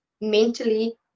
mentally